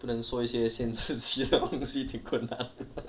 不能说一些刺激的东西挺困难的